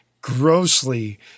grossly